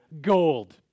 Gold